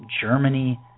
Germany